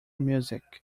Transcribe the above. music